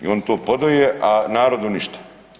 I oni to podoje, a narodu ništa.